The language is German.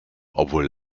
obwohl